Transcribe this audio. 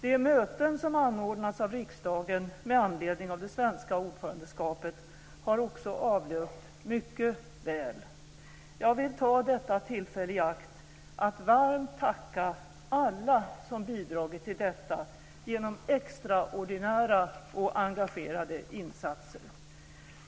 De möten som anordnats av riksdagen med anledning av det svenska ordförandeskapet har också avlöpt mycket väl. Jag vill ta detta tillfälle i akt att varmt tacka alla som bidragit till detta genom extraordinära och engagerade insatser.